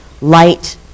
light